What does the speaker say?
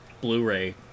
Blu-ray